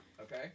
Okay